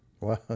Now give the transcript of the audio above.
Wow